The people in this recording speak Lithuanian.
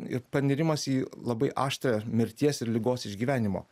ir panirimas į labai aštrią mirties ir ligos išgyvenimo